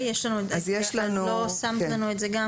אז בדרישה המקלה שבה